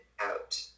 out